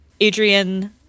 Adrian